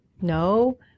No